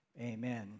Amen